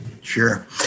Sure